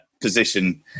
position